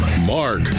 Mark